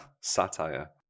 Satire